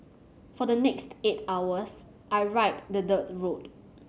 for the next eight hours I ride the dirt road